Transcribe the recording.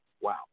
Wow